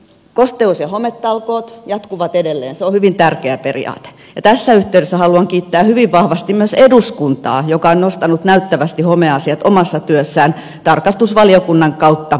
kosteus ja hometalkoot jatkuvat edelleen se on hyvin tärkeä periaate ja tässä yhteydessä haluan kiittää hyvin vahvasti myös eduskuntaa joka on nostanut näyttävästi homeasiat omassa työssään tarkastusvaliokunnan kautta esille